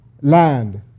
land